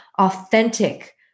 authentic